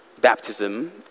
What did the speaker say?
baptism